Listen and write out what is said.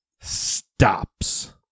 stops